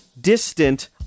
distant